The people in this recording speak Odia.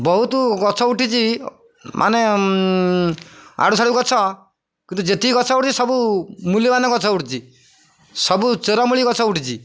ବହୁତୁ ଗଛ ଉଠିଛି ମାନେ ଇଆଡ଼ୁ ସିଆଡୁ ଗଛ କିନ୍ତୁ ଯେତିକି ଗଛ ଉଠୁଛି ସବୁ ମୂଲ୍ୟବାନ ଗଛ ଉଠୁଛି ସବୁ ଚେରମୂଳି ଗଛ ଉଠିଛି